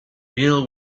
deal